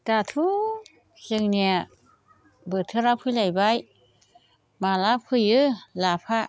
दाथ' जोंनिया बोथोरा फैलायबाय माला फोयो लाफा